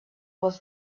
was